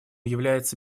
является